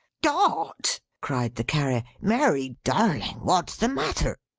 dot! cried the carrier. mary! darling! what's the matter?